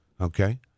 Okay